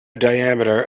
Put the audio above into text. diameter